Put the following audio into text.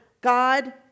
God